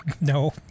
No